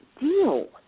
deal